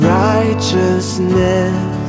righteousness